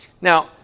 now